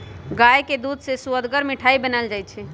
गाय के दूध से सुअदगर मिठाइ बनाएल जाइ छइ